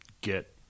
get